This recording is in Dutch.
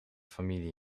familie